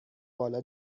بالا